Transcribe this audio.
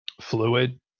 fluid